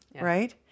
right